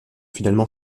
finalement